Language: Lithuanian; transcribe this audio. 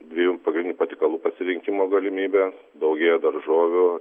dviejų pagrindinių patiekalų pasirinkimo galimybė daugėja daržovių